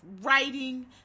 writing